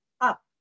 up